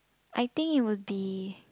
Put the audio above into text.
I think it would be